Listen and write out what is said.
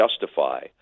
justify